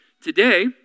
Today